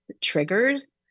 triggers